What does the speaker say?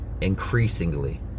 Increasingly